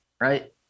right